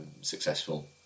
successful